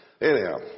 Anyhow